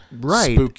right